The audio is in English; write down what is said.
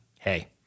hey